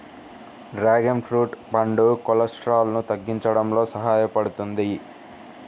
dragon fruit పండు కొలెస్ట్రాల్ను తగ్గించడంలో సహాయపడుతుంది